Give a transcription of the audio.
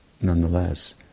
nonetheless